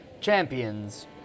champions